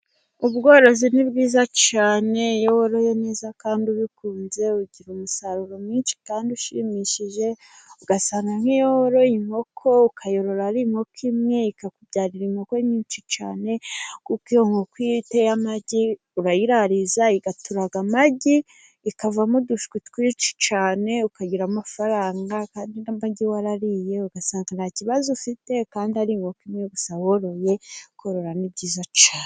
Ubworozi ni bwiza cyane iyo woroye neza kandi ubikunze ugira umusaruro mwinshi kandi ushimishije, ugasanga nk'iyo woroye inkoko ukayorora ari inkoko imwe ikakubyarira inkoko nyinshi cyane, kuko iyo nkoko iyo iteye amagi urayirariza, igaturaga amagi ikavamo udushwi twinshi cyane, ukagira amafaranga kandi n'amagi warariye nta kibazo ufite, kandi ari inkoko imwe gusa woroye korora ni byiza cyane.